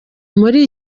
muri